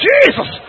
Jesus